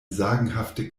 sagenhafte